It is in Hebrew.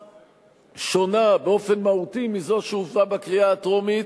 שונה באופן מהותי מזו שהובאה בקריאה הטרומית,